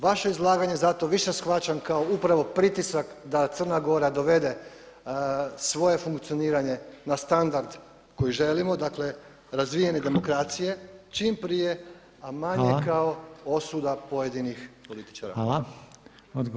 Vaše izlaganje zato više shvaćam kao upravo pritisak da Crna Gora dovede svoje funkcioniranje na standard koji želimo, dakle razvijene demokracije čim prije a manje kako osuda pojedinih političara.